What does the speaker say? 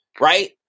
right